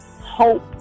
hope